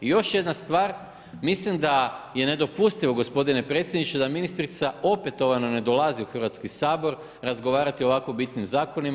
I još jedna stvar, mislim da je nedopustivo gospodine predsjedniče da ministrica opetovano ne dolazi u Hrvatski sabor razgovarati o ovako bitnim zakonima.